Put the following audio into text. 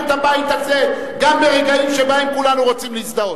לא אתן לכם להבעיר את הבית הזה גם ברגעים שבהם כולנו רוצים להזדהות.